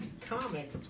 comic